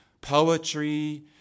poetry